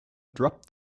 dropped